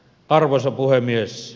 arvoisa puhemies